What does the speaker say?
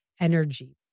energy